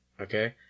okay